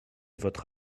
votre